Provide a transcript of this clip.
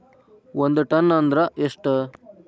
ಒಂದ್ ಟನ್ ಅಂದ್ರ ಎಷ್ಟ?